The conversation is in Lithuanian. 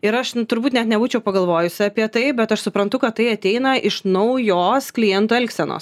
ir aš turbūt net nebūčiau pagalvojusi apie tai bet aš suprantu kad tai ateina iš naujos klientų elgsenos